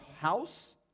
house